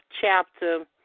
chapter